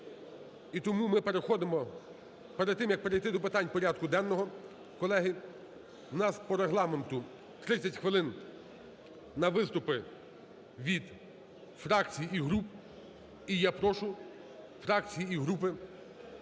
І тому ми переходимо… Перед тим, як перейти до питань порядку денного, колеги, у нас по Регламенту 30 хвилин на виступи від фракцій і груп. І я прошу фракції і групи